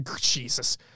Jesus